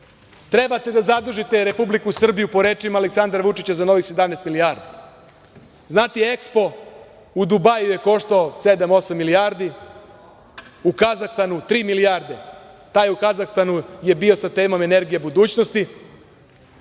Trebate da zadužite Republiku Srbiju po rečima Aleksandra Vučića za novih 17 milijardi. Znate, EKSPO u Dubaiju je koštao sedam, osam milijardi, u Kazahstanu tri milijarde. Taj u Kazahstanu je bio sa temom „Energija budućnosti“,